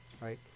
right